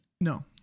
No